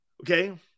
Okay